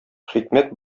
хикмәт